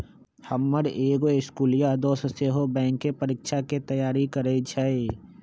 हमर एगो इस्कुलिया दोस सेहो बैंकेँ परीकछाके तैयारी करइ छइ